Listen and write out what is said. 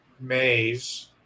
maze